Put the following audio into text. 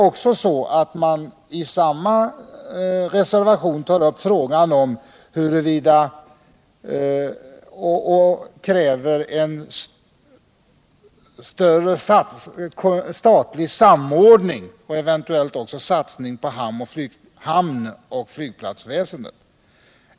I samma reservation krävs också en större statlig samordning och eventuellt också en satsning på hamnoch flygplatsväsendet.